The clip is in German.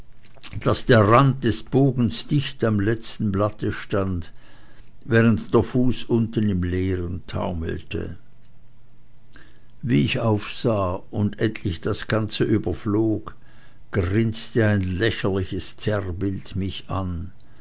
daß der rand des bogens dicht am letzten blatte stand während der fuß unten im leeren taumelte wie ich aufsah und endlich das ganze überflog grinste ein lächerliches zerrbild mich an